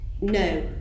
No